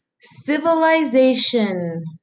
civilization